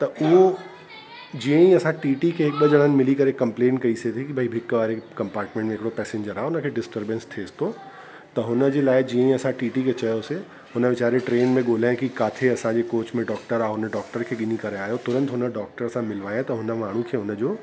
त उहो जीअं ई असां टीटी खे हिकु ॿ जणनि मिली करे कंप्लेन कइसि की भई बिक वारे कंपार्टमेंट में हिकिड़ो पैसेंजर आहे उन खे डिस्टर्बैंस थिए अथसि त हुन जे लाइ जीअं असां टीटी खे चयोसि हुन वीचारे ट्रेन में ॻोल्हाए कि किथे असांजे कोच में डॉक्टर आहे हुन डॉक्टर खे गिनी करे आहियो तुरंत हुन डॉक्टर सां मिलवाया त हुन माण्हू खे हुन जो